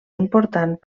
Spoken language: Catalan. important